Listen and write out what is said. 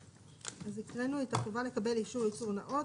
אז הקראנו את החובה לקבל אישור ייצור נאות,